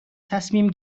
تصمیم